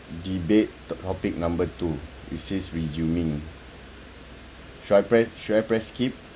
debate topic number two it says resuming should I pre~ should I press skip